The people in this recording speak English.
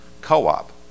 co-op